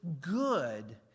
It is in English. good